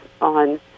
on